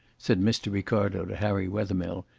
said mr. ricardo to harry wethermill,